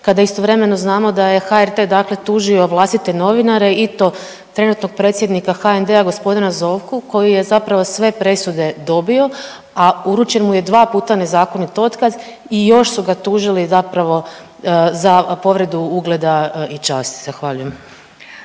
kada istovremeno znamo da je HRT tužio vlastite novinare i to trenutnog predsjednika HND-a g. Zovku koji je zapravo sve presude dobio, a uručen mu je dva puta nezakonit otkaz i još su ga tužili zapravo za pogledu ugleda i časti. Zahvaljujem.